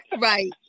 right